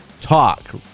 talk